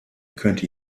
könnte